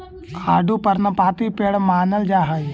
आडू पर्णपाती पेड़ मानल जा हई